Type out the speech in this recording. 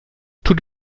tut